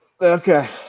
Okay